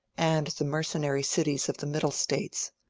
and the mercenary cities of the middle states.